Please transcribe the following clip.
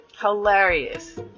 Hilarious